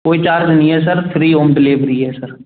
कोई चार्ज नहीं है सर फ्री होम डिलेवरी है सर